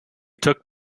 took